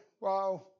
Wow